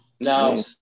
No